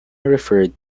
referred